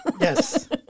Yes